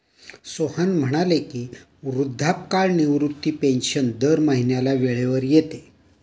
सोहन म्हणाले की, वृद्धापकाळ निवृत्ती पेन्शन दर महिन्याला वेळेवर येते